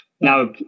Now